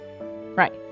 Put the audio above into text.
Right